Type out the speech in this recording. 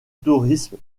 tourisme